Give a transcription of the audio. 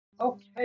Okay